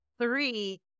three